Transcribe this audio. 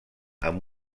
amb